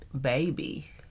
baby